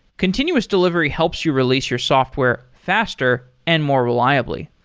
continuous delivery helps you release your software faster and more reliably.